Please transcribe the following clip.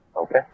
Okay